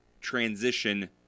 transition